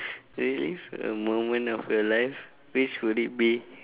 relive a moment of your life which would it be